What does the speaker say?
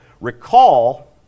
Recall